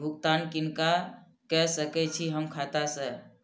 भुगतान किनका के सकै छी हम खाता से?